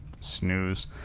Snooze